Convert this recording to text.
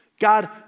God